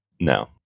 No